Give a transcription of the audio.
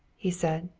he said,